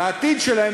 לעתיד שלהם,